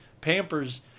Pampers